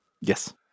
Yes